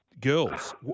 girls